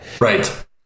right